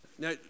Now